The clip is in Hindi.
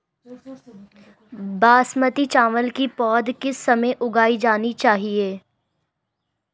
बासमती चावल की पौध किस समय उगाई जानी चाहिये?